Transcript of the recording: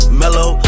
mellow